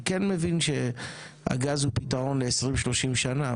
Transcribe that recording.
אני כן מבין שהגז הוא פתרון ל-20-30 שנה,